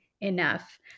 Enough